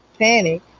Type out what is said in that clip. panic